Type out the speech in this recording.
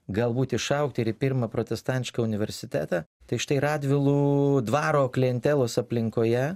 galbūt išaugti ir pirmą protestantišką universitetą tai štai radvilų dvaro kliantelos aplinkoje